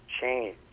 change